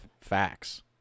facts